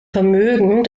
vermögen